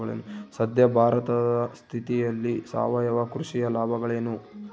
ಸದ್ಯ ಭಾರತದ ಸ್ಥಿತಿಯಲ್ಲಿ ಸಾವಯವ ಕೃಷಿಯ ಲಾಭಗಳೇನು?